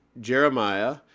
Jeremiah